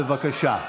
בבקשה.